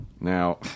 now